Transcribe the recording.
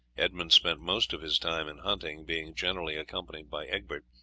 edmund spent most of his time in hunting, being generally accompanied by egbert.